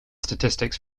statistics